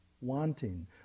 wanting